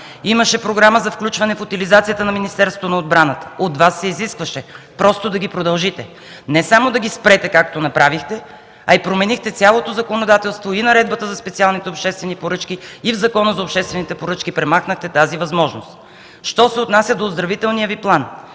Имаше програма за включване в утилизацията на Министерството на отбраната. От Вас се изискваше просто да ги продължите, не само да ги спрете, както направихте. Променихте цялото законодателство и Наредбата за специалните обществени поръчки, и в Закона за обществените поръчки премахнахте тази възможност, а що се отнася до оздравителния Ви план,